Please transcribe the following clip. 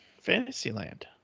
Fantasyland